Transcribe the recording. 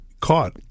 caught